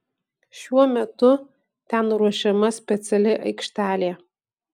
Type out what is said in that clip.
šiuo metu ten ruošiama speciali aikštelė